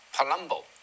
Palumbo